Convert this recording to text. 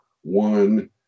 one